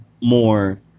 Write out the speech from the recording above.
more